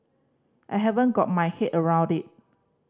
I haven't got my head around it